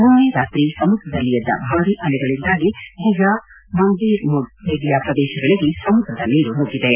ನಿನ್ನೆ ರಾತ್ರಿ ಸಮುದ್ರದಲ್ಲಿ ಎದ್ದ ಭಾರೀ ಅಲೆಗಳಿಂದಾಗಿ ದಿಫಾ ಮಂಡೇರ್ಮೋನಿಡ್ಡು ಪ್ರದೇಶಗಳಿಗೆ ಸಮುದ್ರದ ನೀರು ನುಗ್ಗಿದೆ